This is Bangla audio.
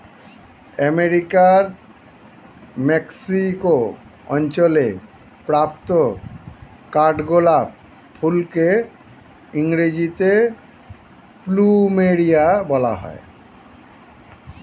আমেরিকার মেক্সিকো অঞ্চলে প্রাপ্ত কাঠগোলাপ ফুলকে ইংরেজিতে প্লুমেরিয়া বলা হয়